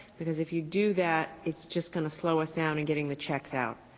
because if you do that, it's just going to slow us down in getting the checks out.